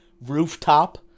rooftop